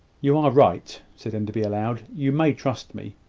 you are right, said enderby, aloud. you may trust me.